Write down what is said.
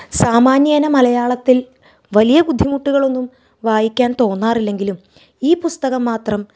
സാമാന്യേന മലയാളത്തിൽ വലിയ ബുദ്ധിമുട്ടുകളൊന്നും വായിക്കാൻ തോന്നാറില്ലെങ്കിലും ഈ പുസ്തകം മാത്രം